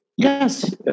Yes